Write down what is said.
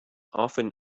often